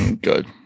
Good